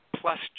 plus